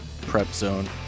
prepzone